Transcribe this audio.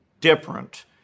different